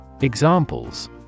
Examples